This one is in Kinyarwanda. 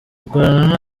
dukorana